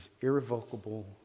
irrevocable